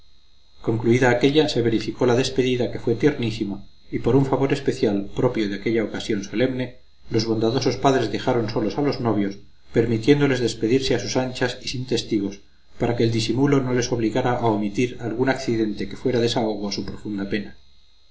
concluida aquélla se verificó la despedida que fue tiernísima y por un favor especial propio de aquella ocasión solemne los bondadosos padres dejaron solos a los novios permitiéndoles despedirse a sus anchas y sin testigos para que el disimulo no les obligara a omitir algún accidente que fuera desahogo a su profunda pena